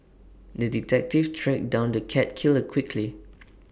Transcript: the detective tracked down the cat killer quickly